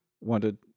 wanted